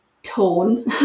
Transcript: tone